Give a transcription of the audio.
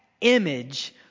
image